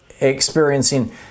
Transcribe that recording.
experiencing